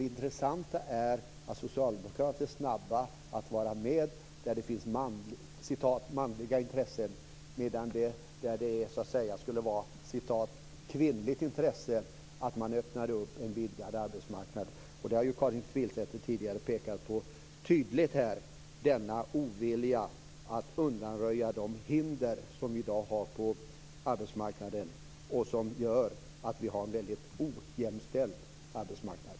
Det intressanta är att socialdemokrater är snabba att vara med där det finns "manliga" intressen men inte där det skulle vara ett "kvinnligt" intresse att öppna en vidgad arbetsmarknad. Karin Pilsäter har tidigare här pekat tydligt på denna ovilja att undanröja de hinder som vi i dag har på arbetsmarknaden och som gör att vi har en väldigt ojämställd arbetsmarknad.